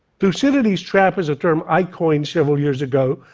thucydides's trap is a term i coined several years ago,